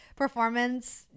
performance